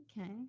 Okay